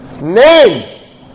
Name